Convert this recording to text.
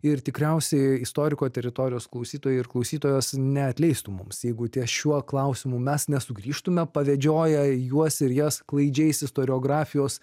ir tikriausiai istoriko teritorijos klausytojai ir klausytojos neatleistų mums jeigu ties šiuo klausimu mes nesugrįžtume pavedžioję juos ir jas klaidžiais istoriografijos